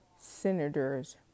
senators